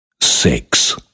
six